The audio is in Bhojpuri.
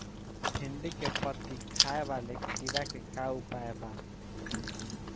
भिन्डी में पत्ति खाये वाले किड़ा के का उपाय बा?